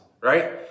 right